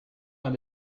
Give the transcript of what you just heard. l’un